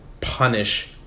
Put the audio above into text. punish